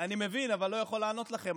אני מבין אבל לא יכול לענות לכם,